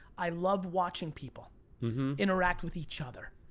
i love watching people interact with each other.